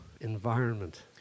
environment